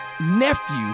nephew